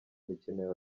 mikino